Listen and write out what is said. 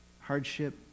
hardship